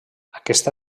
aquesta